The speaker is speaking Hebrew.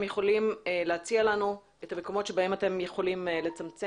יכולים להציע לנו את המקומות שבהם אתם יכולים לצמצם.